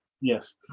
Yes